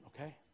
okay